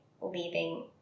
leaving